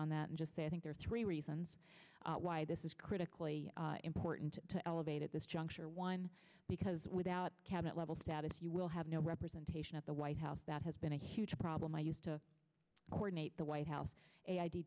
on that and just say i think there are three reasons why this is critically important to elevate at this juncture one because without cabinet level status you will have no representation at the white house that has been a huge problem i used to coordinate the white house